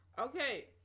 Okay